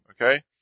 Okay